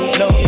no